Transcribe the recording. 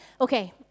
Okay